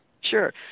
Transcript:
Sure